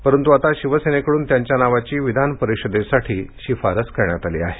परंतू आता शिवसेनेकडून त्यांच्या नावाची विधानपरिषदेसाठी शिफारस करण्यात आली आहे